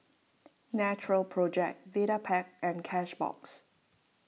Natural Project Vitapet and Cashbox